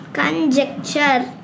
conjecture